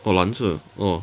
哇篮子哦